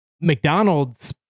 McDonald's